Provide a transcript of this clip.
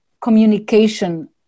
communication